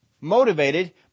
motivated